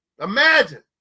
Imagine